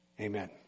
Amen